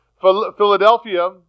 Philadelphia